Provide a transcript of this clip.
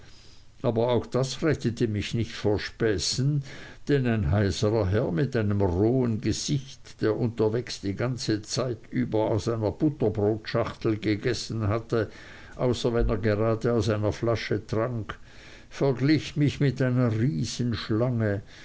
aber auch das rettete mich nicht vor späßen denn ein heiserer herr mit einem rohen gesicht der unterwegs die ganze zeit über aus einer butterbrotschachtel gegessen hatte außer wenn er gerade aus einer flasche trank verglich mich mit einer riesenschlange